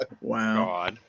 Wow